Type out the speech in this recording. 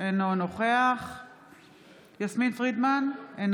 אינו נוכח יסמין פרידמן, אינה